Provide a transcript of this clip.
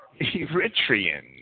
Eritreans